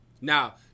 now